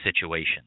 situation